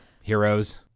heroes